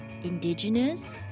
indigenous